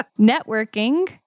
Networking